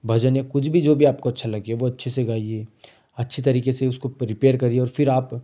भजन या कुछ भी जो भी आपको अच्छा लगे वो अच्छे से गाइए अच्छे तरीके से उसको प्रिपेयर करिए और फिर आप